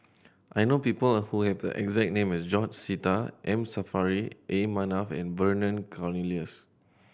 I know people who have the exact name as George Sita M Saffri A Manaf and Vernon Cornelius